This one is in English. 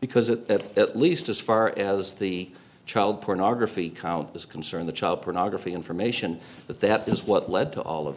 because that at least as far as the child pornography count is concerned the child pornography information that they have is what led to all of